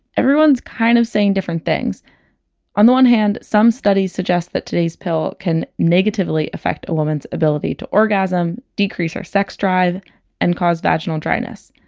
everyone's kinda kind of saying different things on the one hand, some studies suggest that today's pill can negatively affect a woman's ability to orgasm, decrease her sex drive and cause vaginal dryness.